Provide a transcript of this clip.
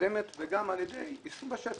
מקדמת וגם על ידי יישום בשטח.